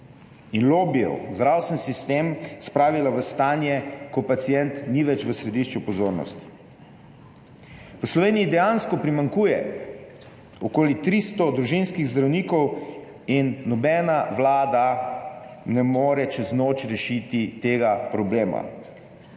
in lobijev zdravstveni sistem spravila v stanje, ko pacient ni več v središču pozornosti. V Sloveniji dejansko primanjkuje okoli 300 družinskih zdravnikov in nobena vlada ne more čez noč rešiti tega problema.